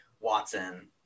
Watson